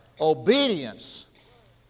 obedience